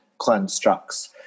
constructs